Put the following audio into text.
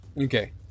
Okay